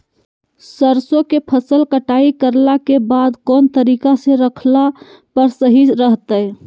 सरसों के फसल कटाई करला के बाद कौन तरीका से रखला पर सही रहतय?